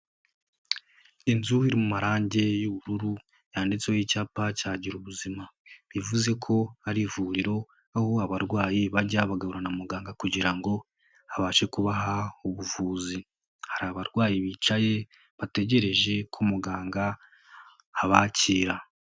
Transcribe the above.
Inzu iri mu marange y'ubururu yanditseho icyapa cya Giruzima bivuze ko hari ivuriro, aho abarwayi bajya bahura na muganga kugira ngo abashe kubaha ubuvuzi, hari abarwayi bicaye bategereje ko muganga abakira.